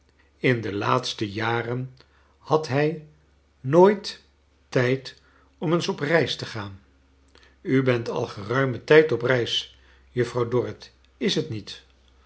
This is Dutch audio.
in de laatste jaren had hij nooit tijd om eens op reis te gaan u bent al geruimen tijd op reis juffrouw dorrit is t niet